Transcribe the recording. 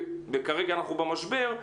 וכרגע אנחנו במשבר,